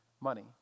money